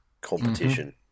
competition